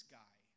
guy